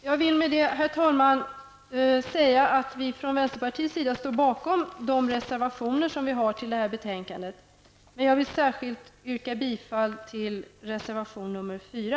Jag vill med det, herr talman, säga att vi från vänsterpartiets sida står bakom de reservationer som vi har till betänkandet, men jag vill särskilt yrka bifall till reservation nr 4.